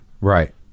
Right